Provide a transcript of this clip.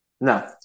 No